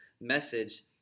message